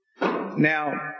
Now